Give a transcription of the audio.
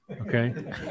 okay